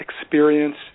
experience